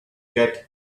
get